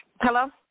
Hello